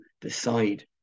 decide